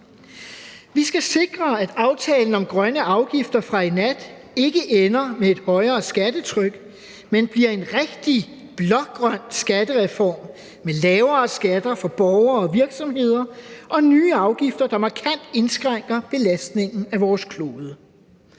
Vi skal sikre, at aftalen om grønne afgifter fra i nat ikke ender med et højere skattetryk, men bliver en rigtig blågrøn skattereform med lavere skatter for borgere og virksomheder og nye afgifter, der markant indskrænker belastningen af vores klode.